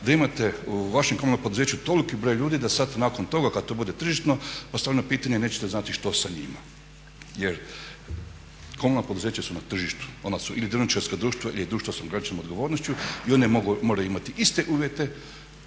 da imate u vašem komunalnom poduzeću toliki broj ljudi da sad nakon toga kad to bude tržišno postavljeno pitanje nećete znati što sa njima. Jer komunalna poduzeća su na tržištu, ona su ili dioničarska društva ili društva s ograničenom odgovornošću i ona moraju imati iste uvjete